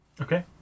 Okay